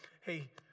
Hey